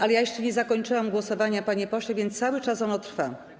Ale jeszcze nie zakończyłam głosowania, panie pośle, więc ono cały czas trwa.